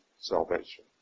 salvation